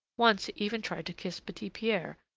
once even tried to kiss petit-pierre,